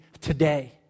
today